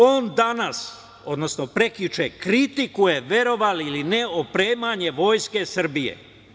On danas, odnosno prekjuče, kritikuje, verovali ili ne, opremanje vojske Srbije.